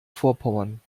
vorpommern